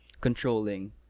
controlling